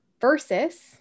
versus